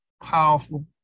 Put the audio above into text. powerful